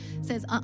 says